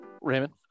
Raymond